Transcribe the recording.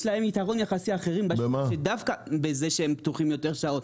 יש להם יתרון בזה שהם פתוחים יותר שעות,